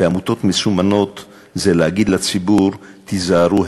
ועמותות מסומנות זה להגיד לציבור: תיזהרו,